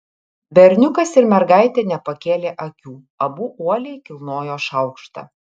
berniukas ir mergaitė nepakėlė akių abu uoliai kilnojo šaukštą